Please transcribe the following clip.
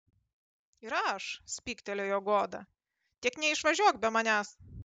ir aš spygtelėjo goda tik neišvažiuok be manęs